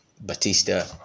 Batista